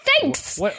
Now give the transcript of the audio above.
thanks